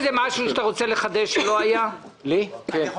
נלך